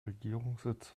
regierungssitz